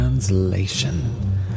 translation